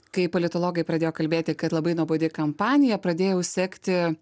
kai politologai pradėjo kalbėti kad labai nuobodi kampanija pradėjau sekti